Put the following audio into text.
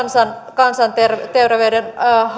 kansanterveyden